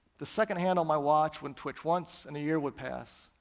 the second hand on my watch would twitch once, and a year would pass,